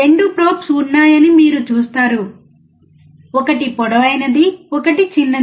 2 probes ఉన్నాయని మీరు చూస్తారు ఒకటి పొడవైనది ఒకటి చిన్నది